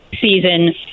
season